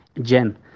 gen